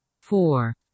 four